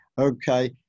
okay